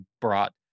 brought